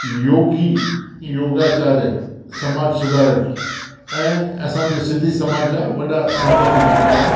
योगी योगाचार्य समाज सुधारक ऐं असांजे सिंधी समाज जा वॾा संत थी चुका आहिनि